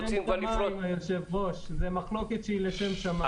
זה מחלוקת לשם שמים.